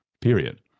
period